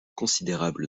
considérable